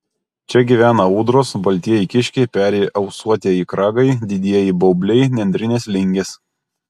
čia gyvena ūdros baltieji kiškiai peri ausuotieji kragai didieji baubliai nendrinės lingės